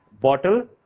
bottle